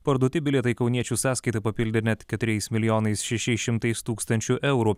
parduoti bilietai kauniečių sąskaitą papildė net keturiais milijonais šešias šimtais tūkstančių eurų